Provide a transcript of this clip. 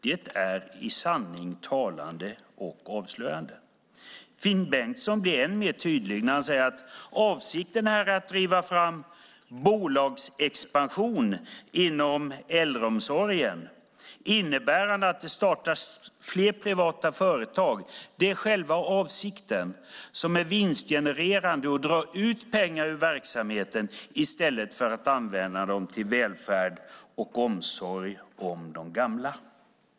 Det är i sanning talande och avslöjande. Finn Bengtsson blir än mer tydlig när han säger att avsikten är att driva fram bolagsexpansion inom äldreomsorgen innebärande att det startas fler privata företag. Det är själva avsikten som är vinstgenererande och drar ut pengar ur verksamheten i stället för att använda dem till välfärd och omsorg om de gamla.